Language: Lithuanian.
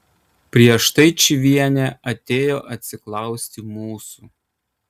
prieš tai čyvienė atėjo atsiklausti mūsų